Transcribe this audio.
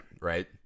right